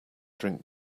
drink